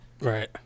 Right